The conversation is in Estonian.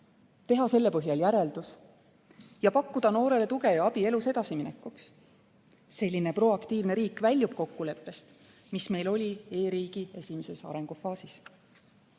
teha selle põhjal järeldus ja pakkuda noorele tuge ja abi elus edasiminekuks. Selline proaktiivne riik väljub kokkuleppest, mis meil oli e-riigi esimeses arengufaasis.